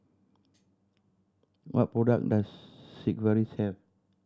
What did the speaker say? what product does Sigvaris have